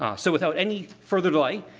ah so, without any further delay,